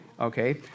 okay